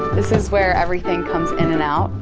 this is where everything comes in and out.